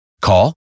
Call